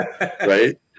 Right